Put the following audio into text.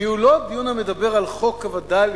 כי הוא לא דיון המדבר על חוק הווד"לים,